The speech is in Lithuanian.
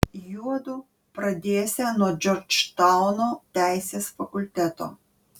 juodu pradėsią nuo džordžtauno teisės fakulteto